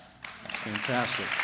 Fantastic